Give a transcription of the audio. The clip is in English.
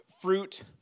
fruit